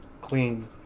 clean